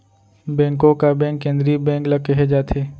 बेंको का बेंक केंद्रीय बेंक ल केहे जाथे